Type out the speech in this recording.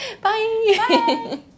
Bye